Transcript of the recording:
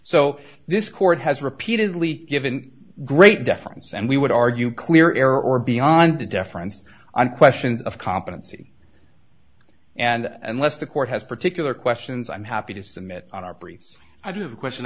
so this court has repeatedly given great deference and we would argue clear error or beyond the deference i'm questions of competency and unless the court has particular questions i'm happy to submit on our briefs i do have a question